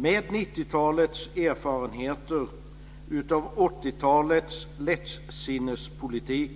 Med 90-talets erfarenheter av 80-talets lättsinnespolitik